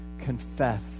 confess